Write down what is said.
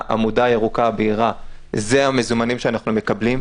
העמודה הירוקה הבהירה זה המזומנים שאנחנו מקבלים,